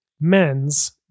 men's